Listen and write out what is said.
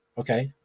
okay.